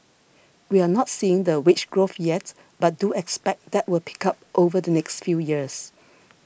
we're not seeing the wage growth yet but do expect that will pick up over the next few years